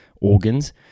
organs